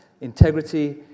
Integrity